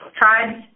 tribes